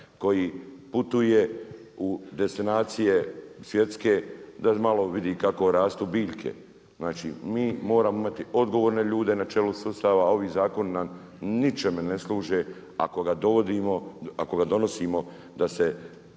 koji putuje u destinacije svjetske da malo vidi kako rastu biljke. Znači mi moramo imati odgovorne ljude na čelu sustava, ovi zakoni nam ničemu ne služe ako ga donosimo da se